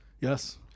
Yes